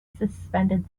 suspended